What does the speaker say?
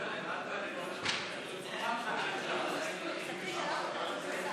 1 לא נתקבלה.